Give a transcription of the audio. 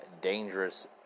dangerous